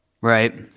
Right